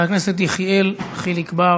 חבר הכנסת יחיאל חיליק בר,